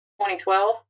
2012